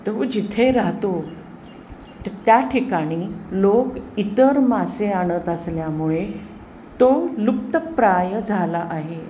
तो जिथे राहतो त्या ठिकाणी लोक इतर मासे आणत असल्यामुळे तो लुप्तप्राय झाला आहे